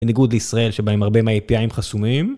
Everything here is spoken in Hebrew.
בניגוד לישראל שבהם הרבה מה-apiים חסומים.